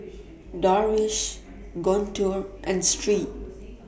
Darwish Guntur and Sri